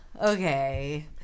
Okay